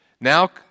Now